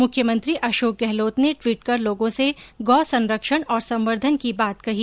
मुख्यमंत्री अशोक गहलोत ने ट्वीट कर लोगों से गौ संरक्षण और संवर्धन की बात कही